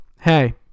hey